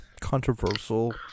controversial